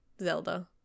Zelda